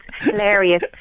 hilarious